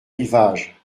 rivage